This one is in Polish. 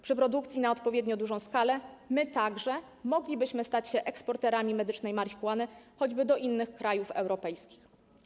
Przy produkcji na odpowiednio dużą skalę my także moglibyśmy stać się eksporterami medycznej marihuany, choćby do innych krajów europejskich.